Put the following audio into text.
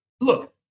Look